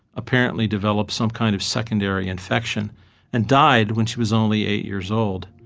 apparently developed some kind of secondary infection and died when she was only eight years old.